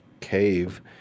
cave